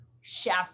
chef